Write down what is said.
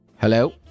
Hello